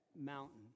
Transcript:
mountain